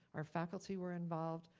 our faculty were involved,